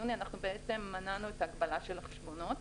ביוני מנענו את ההגבלה של החשבונות,